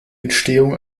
entstehung